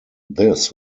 this